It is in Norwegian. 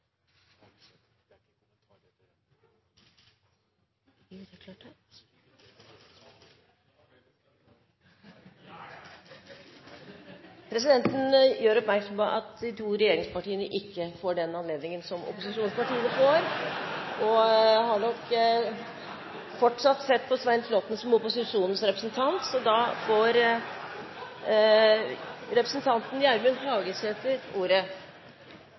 Presidenten gjør oppmerksom på at de to regjeringspartiene ikke får den anledningen som opposisjonspartiene får, og har nok fortsatt sett på Svein Flåtten som opposisjonens representant.